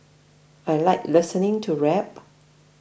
I like listening to rap